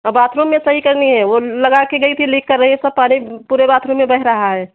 औ बाथरूम में सही करनी है वो लगा के गई थी लीक कर रही है उसका पानी पूरे बाथरूम में बह रहा है